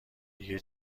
دیگه